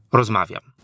rozmawiam